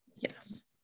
Yes